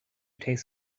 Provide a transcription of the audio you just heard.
taste